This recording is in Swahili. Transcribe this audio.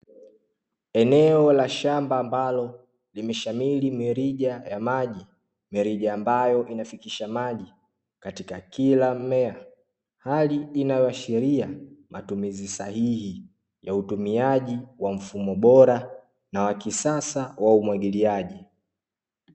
Eneo la shamba ambalo limeshamiri mirija ya maji belijambayo inafikisha maji katika kila mmea hali inayoashiria matumizi sahihi ya utumiaji wa mfumo bora na wa kisasa wa umwagiliaji.